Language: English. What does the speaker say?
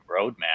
roadmap